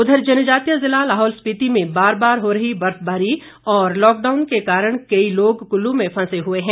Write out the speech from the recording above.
उधर जनजातीय जिला लाहौल स्पिति में बार बार हो रही बर्फबारी और लॉकडाउन के कारण कई लोग कुल्लू में फंसे हुए है